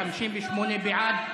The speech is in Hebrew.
58 בעד,